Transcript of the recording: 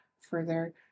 further